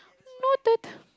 noted